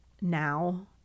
now